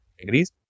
degrees